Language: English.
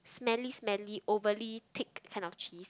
smelly smelly overly thick kind of cheese